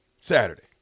Saturday